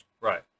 Right